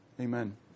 Amen